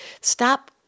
stop